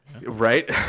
Right